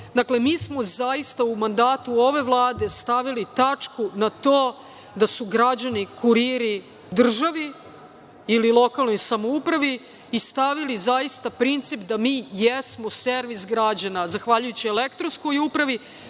dakle, mi smo zajedno u mandatu ove Vlade stavili tačku na to da su građani kuriri državi ili lokalnoj samoupravi i stavili zaista princip da mi jesmo servis građana. Zahvaljujući elektronskoj upravi,